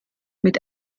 mit